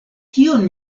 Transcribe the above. kion